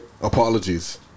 Apologies